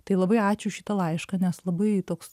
tai labai ačiū už šitą laišką nes labai toks